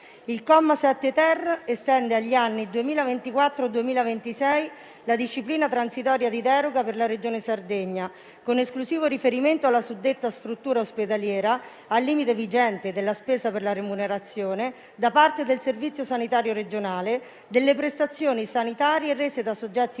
Il comma 7-*ter* estende agli anni 2024-2026 la disciplina transitoria di deroga per la Regione Sardegna, con esclusivo riferimento alla suddetta struttura ospedaliera, al limite vigente della spesa per la remunerazione da parte del Servizio sanitario regionale delle prestazioni sanitarie rese da soggetti